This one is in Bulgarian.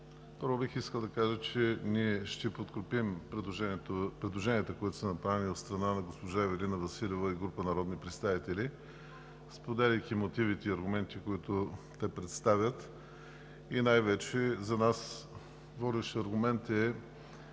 Второ, бих искал да кажа, че ние ще подкрепим предложенията, които са направени от страна на госпожа Ивелина Василева и група народни представители, споделяйки мотивите и аргументите, които те представят. За нас водещ аргумент е